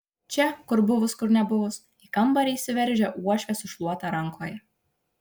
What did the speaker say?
čia kur buvus kur nebuvus į kambarį įsiveržia uošvė su šluota rankoje